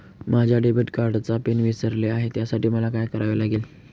माझ्या डेबिट कार्डचा पिन विसरले आहे त्यासाठी मला काय करावे लागेल?